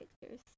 pictures